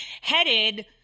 headed